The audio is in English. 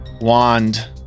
wand